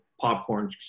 popcorn